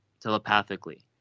telepathically